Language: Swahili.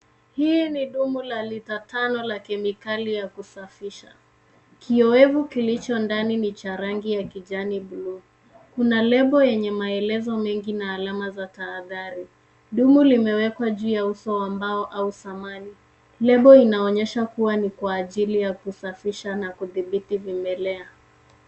Hii ni dumu la lita tano ya kemikali ya kusafisha. Kiowevu kilicho ndani ni cha rangi ya kijani buluu. Kuna lebo yenye maelezo mengi na alama za tahadhari. Dumu limewekwa juu ya uso wa mbao au samani. Lebo inaonyesha kuwa ni kwa ajili ya kusafisha na kudhibiti vimelea.